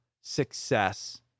success